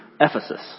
Ephesus